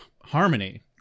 Harmony